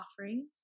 offerings